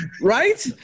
Right